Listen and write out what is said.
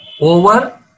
over